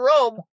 room